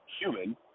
human